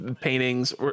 paintings